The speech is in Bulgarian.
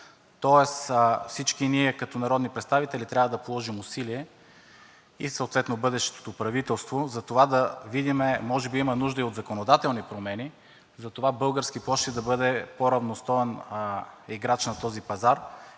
дял. Всички ние като народни представители трябва да положим усилия и съответно бъдещото правителство да видим – може би има нужда и от законодателни промени, „Български пощи“ да бъде по-равностоен играч на този пазар